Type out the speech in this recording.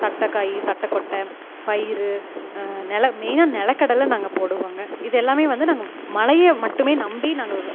தட்டக்காய் தட்டக்கொட்டை பயிறு மெயினாக நெலக்கடலை நாங்கள் போடுவோம்ங்க இது எல்லாம் வந்து நாங்கள் மழையை மட்டும் நம்பி நாங்கள்